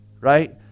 right